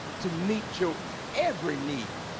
to meet you every need